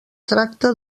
tracta